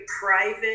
private